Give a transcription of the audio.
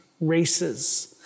races